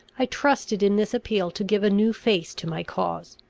i trusted in this appeal to give a new face to my cause.